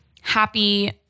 happy